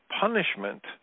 punishment